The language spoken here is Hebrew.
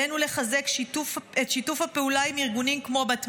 עלינו לחזק את שיתוף הפעולה עם ארגונים כמו בת מלך,